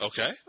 Okay